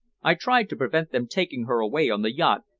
i tried to prevent them taking her away on the yacht,